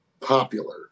popular